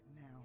now